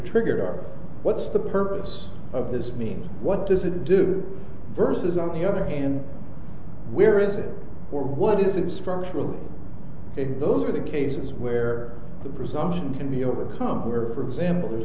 triggered are what's the purpose of this mean what does a do versus on the other hand where is it or what is it structural and those are the cases where the presumption can be overcome where for example there's